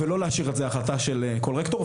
ולא להשאיר את זה החלטה של כל רקטור,